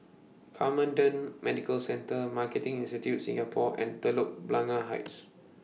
Camden Medical Centre Marketing Institute Singapore and Telok Blangah Heights